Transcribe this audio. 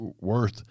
worth